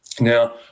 Now